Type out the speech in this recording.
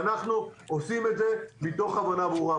ואנחנו עושים את זה מתוך הבנה ברורה.